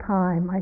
time